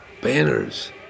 banners